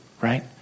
right